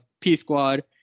P-Squad